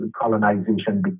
colonization